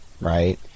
Right